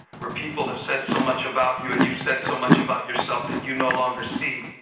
where people have said so much about you and you've said so much about yourself that you no longer see